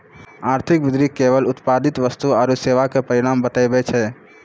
आर्थिक वृद्धि केवल उत्पादित वस्तु आरू सेवा के परिमाण बतबै छै